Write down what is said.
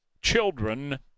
children